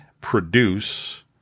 produce